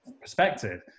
perspective